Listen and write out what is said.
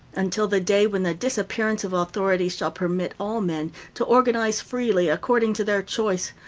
until the day when the disappearance of authority shall permit all men to organize freely according to their choice,